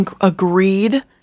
Agreed